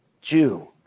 Jew